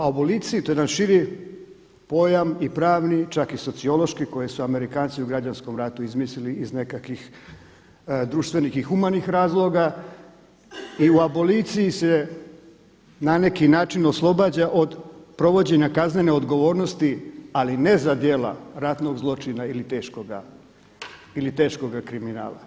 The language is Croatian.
A u aboliciji to je jedan širi pojam i pravni, čak i sociološki koji su Amerikanci u građanskom ratu izmislili iz nekakvih društvenih i humanih razloga i u aboliciji se na neki način oslobađa od provođenja kaznene odgovornosti ali ne za djela ratnog zločina ili teškoga kriminala.